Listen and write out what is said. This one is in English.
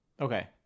okay